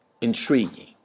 intriguing